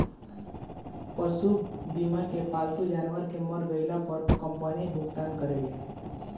पशु बीमा मे पालतू जानवर के मर गईला पर कंपनी भुगतान करेले